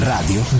Radio